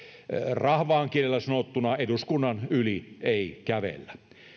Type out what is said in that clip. rahvaan kielellä sanottuna eduskunnan yli ei kävellä